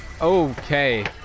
Okay